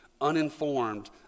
uninformed